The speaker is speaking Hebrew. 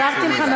הבנתי אותך.